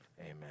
amen